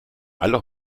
alle